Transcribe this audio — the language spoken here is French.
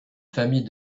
famille